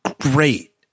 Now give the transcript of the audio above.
great